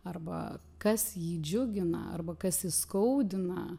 arba kas jį džiugina arba kas įskaudina